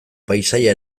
paisaia